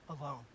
alone